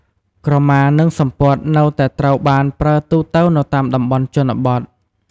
ក្រមានិងសំពត់នៅតែត្រូវបានប្រើទូទៅនៅតាមតំបន់ជនបទ។